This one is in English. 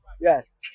Yes